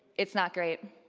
it's not great.